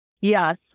Yes